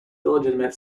illegitimate